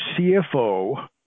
CFO